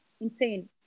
insane